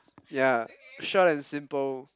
ya short and simple